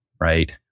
right